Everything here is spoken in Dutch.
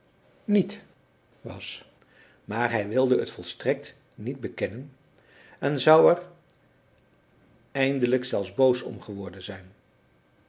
niet was maar zij wilde t volstrekt niet bekennen en zou er eindelijk zelfs boos om geworden zijn